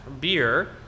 beer